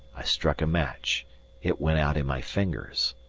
i struck a match it went out in my fingers.